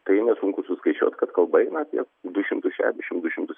tai nesunku suskaičiuot kad kalba eina apie du šimtus šešiasdešim du šimtus